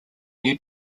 new